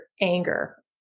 anger